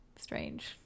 strange